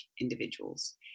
individuals